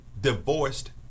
Divorced